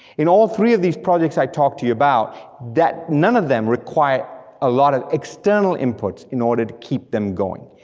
in all three of these projects i talked to you about, none of them require a lot of external inputs in order to keep them going.